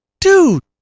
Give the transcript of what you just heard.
dude